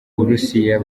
burusiya